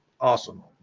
awesome